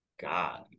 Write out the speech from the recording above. God